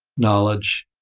knowledge.